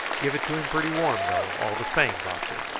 give it to him pretty warm, though, all the same, doctor.